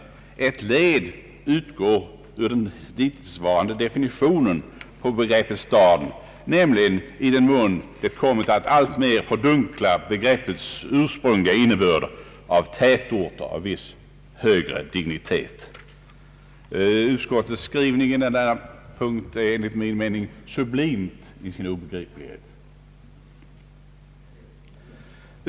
— »endast att ett led utgår ur den hittillsvarande definitionen på begreppet stad, nämligen det som kommit att alltmera fördunkla begreppets ursprungliga innebörd av tätort av viss högre dignitet». Utskottets skrivning på denna punkt är enligt min mening sublim i sin obegriplighet.